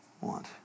want